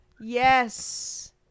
Yes